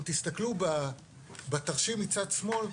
אם תסתכלו בתרשים מצד שמאל,